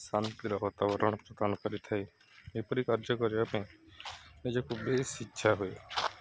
ଶାନ୍ତିର ବାତାବରଣ ପ୍ରଦାନ କରିଥାଏ ଏହିପରି କାର୍ଯ୍ୟ କରିବା ପାଇଁ ନିଜକୁ ବେଶ ଇଚ୍ଛା ହୁଏ